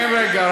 אין רגע,